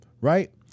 Right